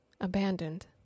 abandoned